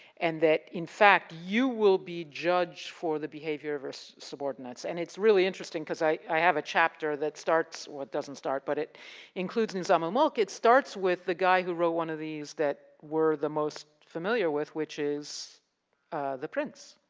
and that, in fact, you will be judged for the behavior of your subordinates. and, it's really interesting cause i have a chapter that starts, well it doesn't start, but it includes nizam al-mulk. it starts with the guy who wrote one of these that were the most familiar with which is the prince.